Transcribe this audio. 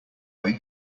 way